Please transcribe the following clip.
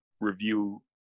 review